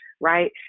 right